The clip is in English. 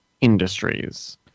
industries